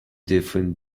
different